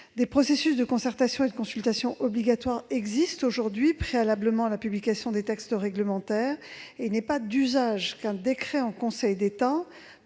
des processus de consultation et de concertation obligatoires, préalablement à la publication des textes réglementaires. Il n'est pas d'usage qu'un décret en Conseil d'État-